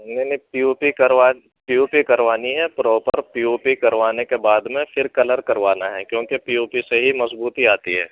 میں نے P O P کروا پی او پی کروانی ہے پراپر پی او پی کروانے کے بعد میں پھر کلر کروانا ہے کیوں کہ پی او پی سے ہی مظبوطی آتی ہے